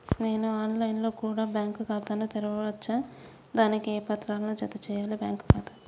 నేను online లో కూడా బ్యాంకు ఖాతా ను తెరవ వచ్చా? దానికి ఏ పత్రాలను జత చేయాలి బ్యాంకు ఖాతాకు?